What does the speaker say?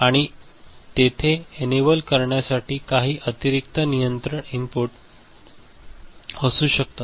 आणि तेथे एनेबल करण्यासाठी काही अतिरिक्त नियंत्रण इनपुट असू शकतात